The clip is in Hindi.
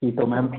ठीक है मैम